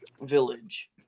village